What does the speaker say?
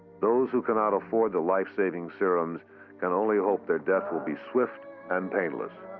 those who cannot afford the life-saving serums can only hope their death will be swift and painless.